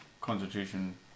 constitution